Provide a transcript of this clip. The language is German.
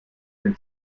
den